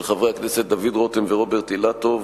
של חברי הכנסת דוד רותם ורוברט אילטוב,